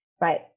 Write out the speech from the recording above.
right